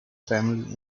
family